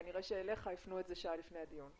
כנראה שהפנו אותה אליך רק שעה לפני הדיון.